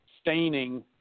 staining